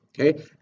Okay